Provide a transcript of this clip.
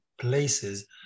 places